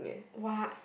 what